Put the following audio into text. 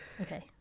Okay